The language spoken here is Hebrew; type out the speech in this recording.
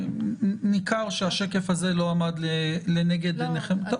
ניכר שהשקף הזה לא עמד לנגד עיניכם.